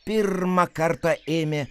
pirmą kartą ėmė